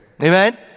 Amen